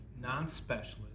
non-specialists